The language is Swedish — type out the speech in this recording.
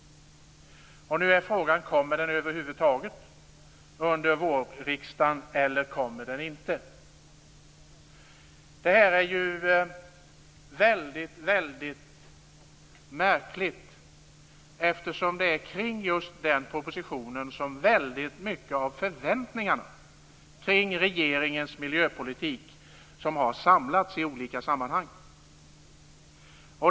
Nu är frågan om den över huvud taget kommer under vårriksdagen eller inte. Detta är väldigt märkligt. Det är ju just kring den här propositionen som mycket av förväntningarna kring regeringens miljöpolitik har samlats i olika sammanhang.